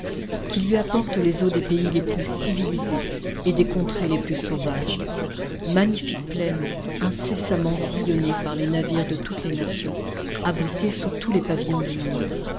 qui lui apportent les eaux des pays les plus civilisés et des contrées les plus sauvages magnifique plaine incessamment sillonnée par les navires de toutes les nations abritée sous tous les pavillons du monde